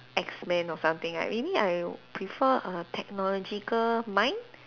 X men or something right maybe I would prefer a technological mind